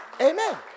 Amen